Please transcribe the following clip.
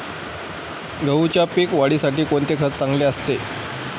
गहूच्या पीक वाढीसाठी कोणते खत चांगले असते?